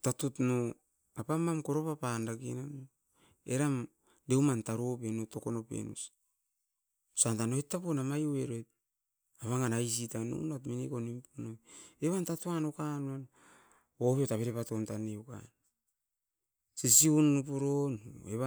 Tatut no apan koro papan dake no, eram deuman taro pe, osan oit tapo namai evait avangan aisi tan mine kom nimpu noi tan. Tatuan ukan avere tapo ne nimun siun. koitapai tan nimun. Tatut no